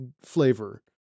flavor